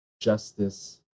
justice